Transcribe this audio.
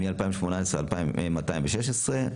מ-2018 216,